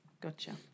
Gotcha